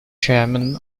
chairman